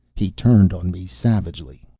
he turned on me savagely.